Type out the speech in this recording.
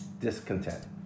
discontent